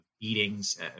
beatings